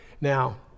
Now